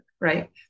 Right